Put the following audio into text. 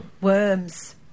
Worms